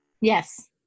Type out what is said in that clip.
Yes